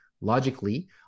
logically